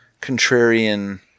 contrarian